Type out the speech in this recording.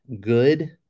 good